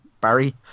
Barry